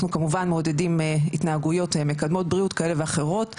כמובן מעודדים התנהגויות מקדמות בריאות כאלו ואחרות.